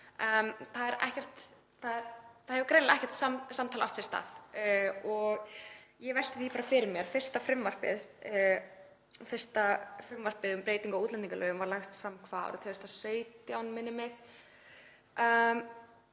Það hefur greinilega ekkert samtal átt sér stað og ég velti því bara fyrir mér — fyrsta frumvarpið um breytingu á útlendingalögum var lagt fram árið 2017, minnir mig.